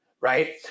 Right